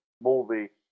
movie